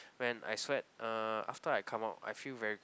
when I sweat uh after I come out I feel very